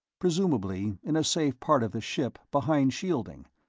presumably in a safe part of the ship, behind shielding,